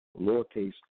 lowercase